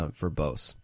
verbose